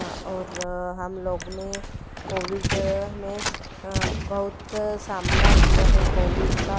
और हमलोगों ने कोविड में बहुत सामना किया है कोविड का